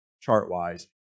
chart-wise